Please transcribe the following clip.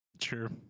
Sure